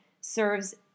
serves